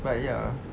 but ya